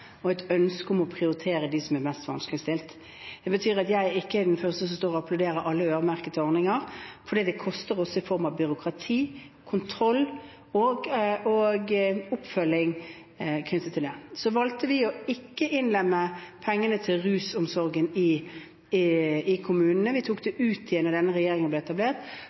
og et ønske om å prioritere de mest vanskeligstilte. Det betyr at jeg ikke er den første som står og applauderer alle øremerkede ordninger, for det koster i form av byråkrati, kontroll og oppfølging knyttet til det. Så valgte vi å ikke innlemme pengene til rusomsorgen i kommunene. Vi tok dem ut igjen da denne regjeringen ble etablert,